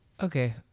Okay